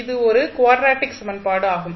இது ஒரு குவாட்ரடிக் சமன்பாடு ஆகும்